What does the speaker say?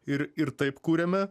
ir ir taip kuriame